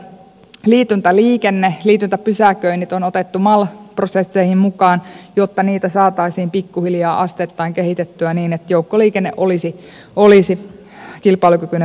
liityntäliikenne liityntäpysäköinnit on otettu mal prosesseihin mukaan jotta niitä saataisiin pikkuhiljaa asteittain kehitettyä niin että joukkoliikenne olisi kilpailukykyinen vaihtoehto